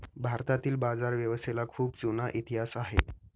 भारतातील बाजारव्यवस्थेला खूप जुना इतिहास आहे